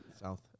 South